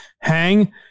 hang